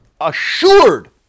assured